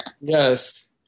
Yes